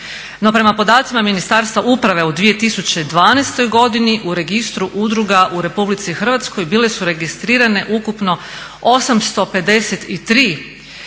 No, prema podacima Ministarstva uprave u 2012.godini u registru udruga u RH bile su registrirane ukupno 853